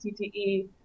CTE